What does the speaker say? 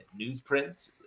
newsprint